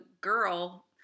girl